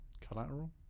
Collateral